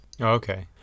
Okay